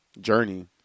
journey